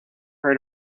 her